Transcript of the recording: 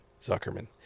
Zuckerman